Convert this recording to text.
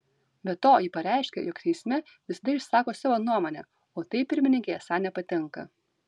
be to ji pareiškė jog teisme visada išsako savo nuomonę o tai pirmininkei esą nepatinka